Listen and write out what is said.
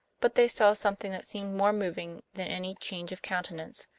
but they saw something that seemed more moving than any change of countenance.